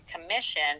commission